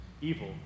evil